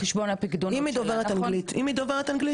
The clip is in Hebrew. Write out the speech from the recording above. ואנחנו מדברים על עובדים מולדבים,